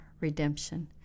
redemption